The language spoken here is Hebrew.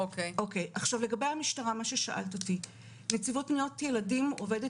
לכן אני אומרת שדווקא יש שיתוף פעולה במובן